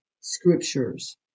scriptures